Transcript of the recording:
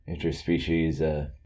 interspecies